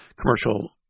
commercial –